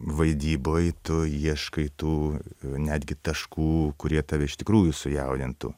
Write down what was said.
vaidyboj tu ieškai tų netgi taškų kurie tave iš tikrųjų sujaudintų